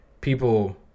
people